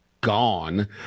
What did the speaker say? gone